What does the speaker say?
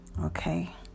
okay